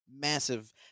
massive